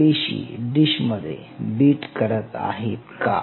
त्या पेशी डिश मध्ये बीट करत आहेत का